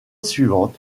suivante